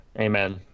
Amen